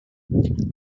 got